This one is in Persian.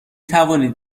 توانید